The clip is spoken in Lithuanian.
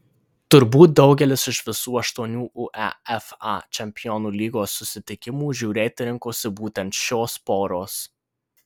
turbūt daugelis iš visų aštuonių uefa čempionų lygos susitikimų žiūrėti rinkosi būtent šios poros